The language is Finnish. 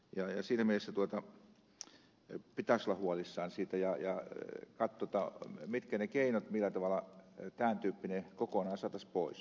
siinä mielessä pitäisi olla huolissaan siitä ja katsoa mitkä ovat ne keinot millä tavalla tämäntyyppinen saataisiin kokonaan pois